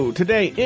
today